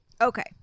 Okay